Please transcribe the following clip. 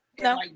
No